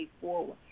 forward